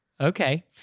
Okay